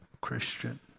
Christian